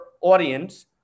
audience